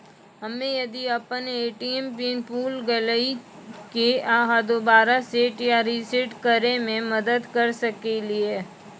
हम्मे यदि अपन ए.टी.एम पिन भूल गलियै, की आहाँ दोबारा सेट या रिसेट करैमे मदद करऽ सकलियै?